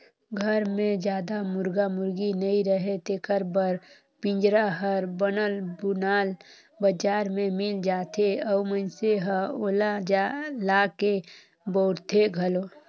घर मे जादा मुरगा मुरगी नइ रहें तेखर बर पिंजरा हर बनल बुनाल बजार में मिल जाथे अउ मइनसे ह ओला लाके बउरथे घलो